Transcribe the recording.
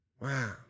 Wow